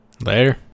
Later